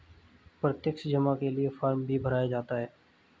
प्रत्यक्ष जमा के लिये फ़ार्म भी भराया जाता है